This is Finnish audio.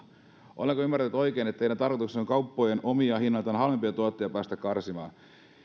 olenko ymmärtänyt oikein että teidän tarkoituksenne on kauppojen omia hinnaltaan halvempia tuotteita päästä karsimaan